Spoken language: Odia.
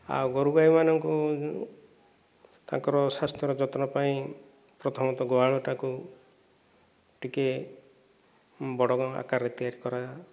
ଆଉ ଗୋରୁଗାଈମାନଙ୍କୁ ତାଙ୍କର ସ୍ଵାସ୍ଥ୍ୟର ଯତ୍ନ ପାଇଁ ପ୍ରଥମତଃ ଗୁହାଳଟାକୁ ଟିକେ ବଡ଼ ଆକାରରେ ତିଆରି କରା